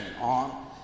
on